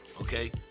okay